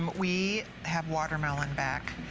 we have watermelon back.